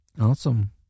Awesome